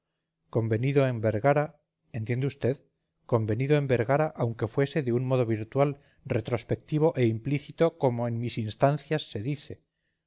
convenido en vergara entiende usted convenido en vergara aunque fuese de un modo virtual retrospectivo e implícito como en mis instancias se dice